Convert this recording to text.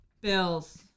Bills